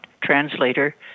translator